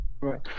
Right